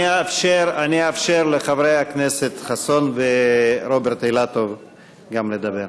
אני אאפשר גם לחברי הכנסת חסון ורוברט אילטוב לדבר.